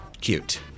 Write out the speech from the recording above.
Cute